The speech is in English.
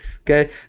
okay